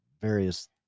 various